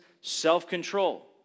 self-control